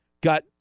got